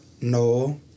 no